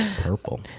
Purple